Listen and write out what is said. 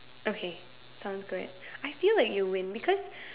okay sounds good I feel like you win because